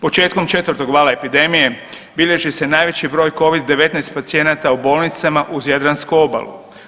Početkom 4. vala epidemije, bilježi se najveći broj Covid-19 pacijenata u bolnicama uz jadransku obalu.